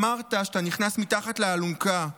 אמרת שאתה נכנס מתחת לאלונקה.